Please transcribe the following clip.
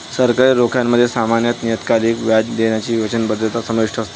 सरकारी रोख्यांमध्ये सामान्यत नियतकालिक व्याज देण्याची वचनबद्धता समाविष्ट असते